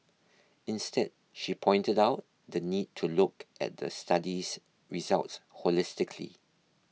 instead she pointed out the need to look at the study's results holistically